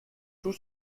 tout